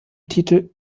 titel